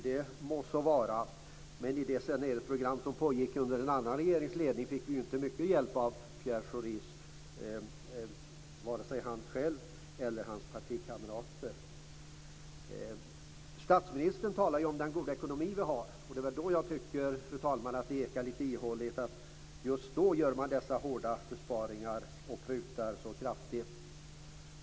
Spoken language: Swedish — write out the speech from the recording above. Det må så vara, men i det saneringsprogram som pågick under en annan regerings ledning fick vi ju inte mycket hjälp av vare sig Pierre Schori själv eller av hans partikamrater. Statsministern talar ju om den goda ekonomi som vi har. Därför tycker jag, fru talman, att det ekar lite ihåligt att man just då gör dessa hårda besparingar och prutar så kraftigt.